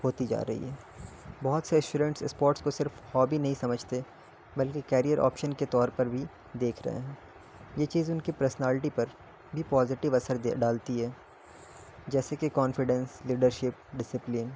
ہوتی جا رہی ہے بہت سے اسٹوڈنٹس اسپورٹس کو صرف ہابی نہیں سمجھتے بلکہ کیریئر آپشن کے طور پر بھی دیکھ رہے ہیں یہ چیز ان کی پرسنالٹی پر بھی پازیٹیو اثر ڈالتی ہے جیسے کہ کانفیڈینس لیڈرشپ ڈسپلن